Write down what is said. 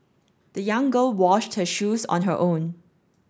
the young girl washed her shoes on her own